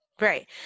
Right